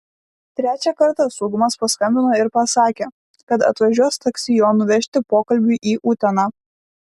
trečią kartą saugumas paskambino ir pasakė kad atvažiuos taksi jo nuvežti pokalbiui į uteną